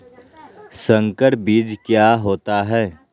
संकर बीज क्या होता है?